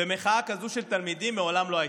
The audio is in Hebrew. ומחאה כזאת של תלמידים מעולם לא הייתה.